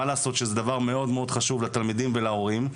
מה לעשות שזה דבר מאוד חשוב לתלמידים ולהורים,